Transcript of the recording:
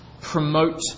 promote